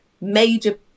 major